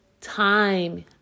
time